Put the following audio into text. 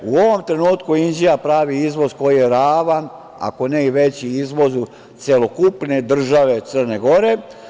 U ovom trenutku Inđija pravi izvoz koji je ravan, ako ne i veći izvozu celokupne države Crne Gore.